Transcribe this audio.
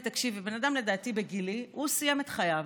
תקשיבי, בן אדם, לדעתי, בגילי, הוא סיים את חייו.